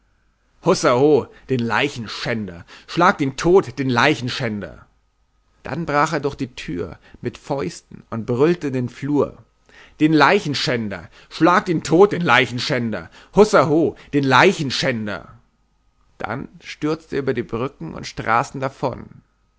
den leichenschänder schlagt ihn tot den leichenschänder dann brach er durch die tür mit fäusten und brüllte in den flur den leichenschänder schlagt ihn tot den leichenschänder hussa ho den leichenschänder dann stürzte er über die brücken und straßen davon